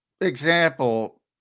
Example